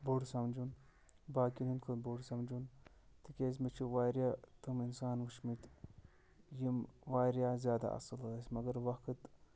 بوٚڈ سَمجھُن باقیَن ہِنٛدۍ کھۄتہٕ بوٚڈ سَمجھُن تِکیازِ مےٚ چھِ واریاہ تِم اِنسان وٕچھمٕتۍ یِم واریاہ زیادٕ اَصٕل ٲسۍ مگر وقت